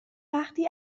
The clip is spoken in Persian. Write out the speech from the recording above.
وقتی